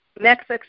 next